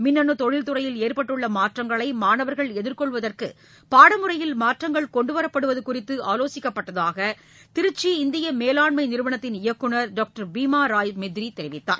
மின்னனு தொழில்துறையில் ஏற்பட்டுள்ள மாற்றங்களை மாணவர்கள் எதிர்கொள்வதற்கு பாடமுறையில் மாற்றங்கள் கொண்டுவரப்படுவது குறித்து ஆலோசிக்கப்பட்டதாக திருச்சி இந்திய மேலாண்மை நிறுவனத்தின் இயக்குநர் டாக்டர் பீமா ராய் மெத்ரி தெரிவித்தார்